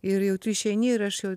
ir jau tu išeini ir aš jau